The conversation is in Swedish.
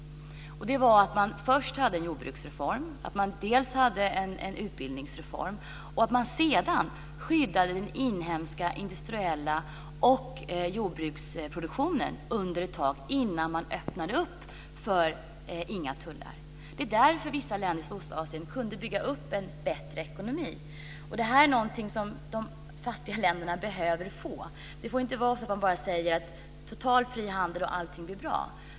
Först hade de dels en jordbruksreform, dels en utbildningsreform och sedan skyddade man den inhemska industriella produktionen och jordbruksproduktionen ett tag innan man öppnade för inga tullar. Det är därför vissa länder i Sydostasien kunde bygga upp en bättre ekonomi. Detta är någonting som de fattiga länderna behöver få. Vi får inte bara säga: Totalt fri handel, och allting blir bra.